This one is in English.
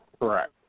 Correct